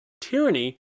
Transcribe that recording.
tyranny